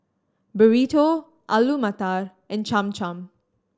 Burrito Alu Matar and Cham Cham